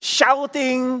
Shouting